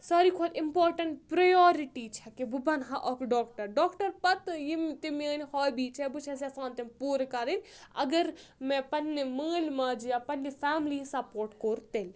ساروی کھۄتہٕ important priority چھےٚ کہِ بہٕ بَنہہَ اکھ ڈاکٹر ڈاکٹَر پَتہٕ یِم تِہ میٲنۍ ہابی چھےٚ بہٕ چھَس یَژھان تِم پوٗرٕ کَرٕنۍ اگر مےٚ پَننہِ مٲلۍ ماجہِ یا پَننہِ فیملی سَپوٹ کوٚر تیٚلہِ